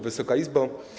Wysoka Izbo!